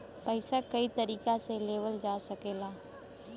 पइसा कई तरीका से लेवल जा सकल जाला